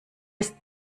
ist